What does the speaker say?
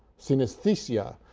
synesthesia,